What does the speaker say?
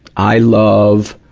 i love,